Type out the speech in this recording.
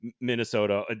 Minnesota